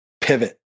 pivot